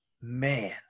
man